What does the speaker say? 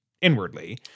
inwardly